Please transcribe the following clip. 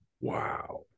wow